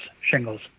shingles